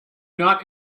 not